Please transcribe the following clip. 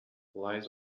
lies